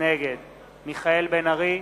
נגד מיכאל בן-ארי,